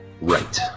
Right